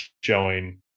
showing